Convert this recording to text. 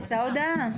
יצאה הודעה.